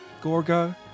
Gorgo